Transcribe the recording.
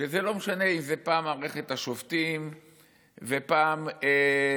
לא משנה אם זה פעם מערכת המשפט ופעם זה